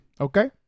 Okay